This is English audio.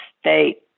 state